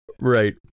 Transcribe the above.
Right